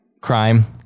crime